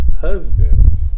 husbands